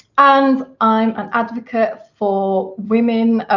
and i'm an advocate for women,